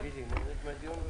הישיבה ננעלה בשעה